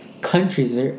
countries